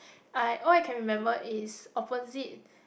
I what I can remember is opposite